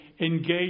engage